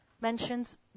mentions